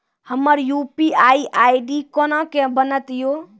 हमर UPI ID कोना के बनत यो?